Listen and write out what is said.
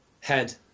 head